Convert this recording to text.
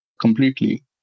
completely